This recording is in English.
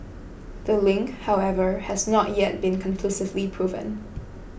the link however has not yet been conclusively proven